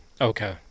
Okay